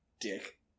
Dick